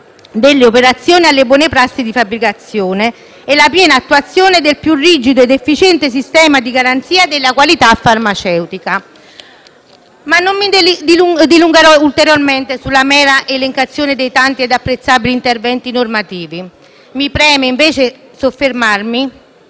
delle operazioni alle buone prassi di fabbricazione e la piena attuazione del più rigido ed efficiente sistema di garanzia della qualità farmaceutica. Non mi dilungherò comunque oltre sulla mera elencazione dei tanti ed apprezzabili interventi normativi regolatori. Mi preme invece soffermarmi